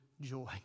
joy